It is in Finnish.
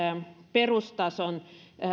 perustason